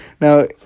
Now